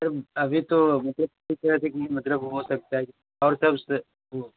पर अभी तो मतलब पूछ रहे थे कि मतलब हो सकता है कि और सब से वह